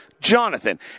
Jonathan